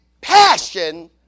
passion